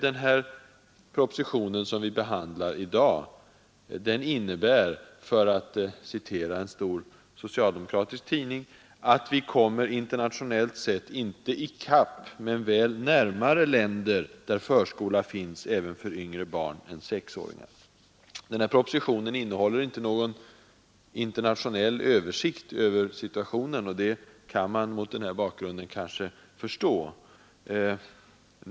Om den proposition som vi behandlar i dag skriver en stor socialdemokratisk tidning: ”Därmed kommer Sverige internationellt sett inte i kapp men väl närmre länder där förskola finns även för yngre barn Denna proposition innehåller inte någon internationell översikt över situationen, och det kan man mot denna bakgrund kanske förstå.